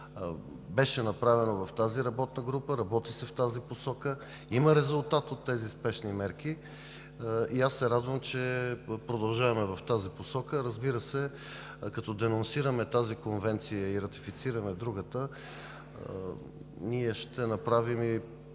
бяха направени в тази работна група. Работи се в тази посока, има резултат от тези спешни мерки и аз се радвам, че продължаваме в тази посока. Разбира се, като денонсираме тази конвенция и ратифицираме другата, ние ще направим и